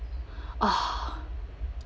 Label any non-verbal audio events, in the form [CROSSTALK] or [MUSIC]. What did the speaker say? [BREATH] ah